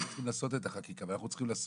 אנחנו צריכים לעשות את החקיקה ואת התקנות.